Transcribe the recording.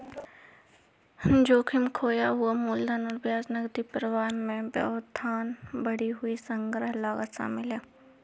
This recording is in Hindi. जोखिम, खोया हुआ मूलधन और ब्याज, नकदी प्रवाह में व्यवधान, बढ़ी हुई संग्रह लागत शामिल है